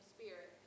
Spirit